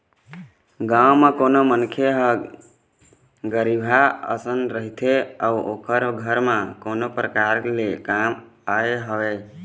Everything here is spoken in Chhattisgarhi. गाँव म कोनो मनखे ह गरीबहा असन रहिथे अउ ओखर घर म कोनो परकार ले काम आय हवय